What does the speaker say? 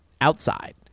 Outside